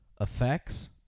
effects